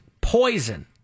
Poison